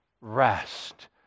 rest